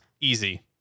Easy